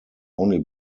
only